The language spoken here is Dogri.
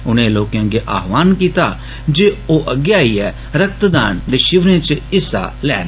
उनें लोकें अग्गै आह्वान कीता जे ओ अग्गै आइयै रक्तदान षिविरें च हिस्सा लैन